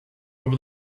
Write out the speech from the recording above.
over